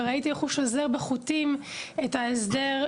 וראיתי איך הוא שוזר בחוטים את ההסדר,